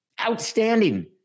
Outstanding